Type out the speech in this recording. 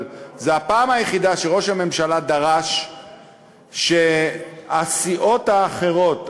אבל זאת הפעם היחידה שראש הממשלה דרש שהסיעות האחרות,